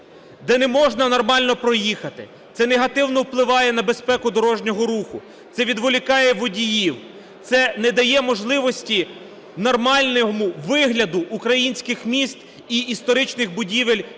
де не можна нормально проїхати. Це негативно впливає на безпеку дорожнього руху, це відволікає водіїв, це не дає можливості нормальному вигляду українських міст і історичних будівель,